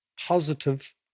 positive